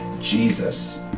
Jesus